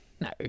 No